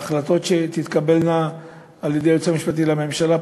בהחלטות שתתקבלנה על-ידי היועץ המשפטי לממשלה,